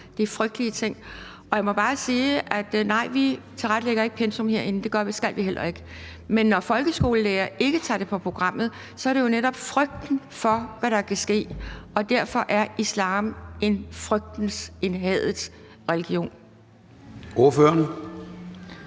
det er frygtelige ting. Jeg må bare sige, at nej, vi tilrettelægger ikke pensum herinde, og det skal vi heller ikke. Men når folkeskolelærere ikke sætter det på programmet, er det jo netop på grund af frygten for, hvad der kan ske, og derfor er islam en frygtens, en hadets religion.